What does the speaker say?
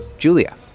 julia,